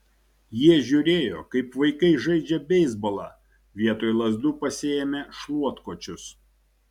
jie žiūrėjo kaip vaikai žaidžia beisbolą vietoj lazdų pasiėmę šluotkočius